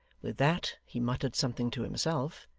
with that he muttered something to himself,